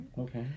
okay